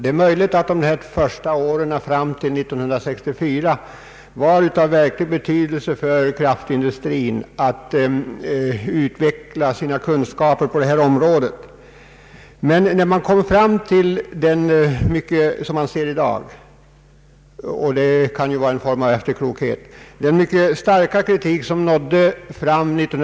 Det är möjligt att de första åren fram till 1964 var av betydelse för elkraftindustrin, eftersom man i Marvikenprojektet kunde utveckla sina kunskaper på detta område, men 1964 och 1965 framfördes mycket stark kritik från tekniska experter.